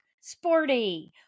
Sporty